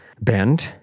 bend